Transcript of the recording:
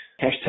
hashtag